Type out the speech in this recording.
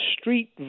street